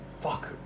fuck